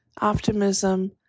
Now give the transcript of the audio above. optimism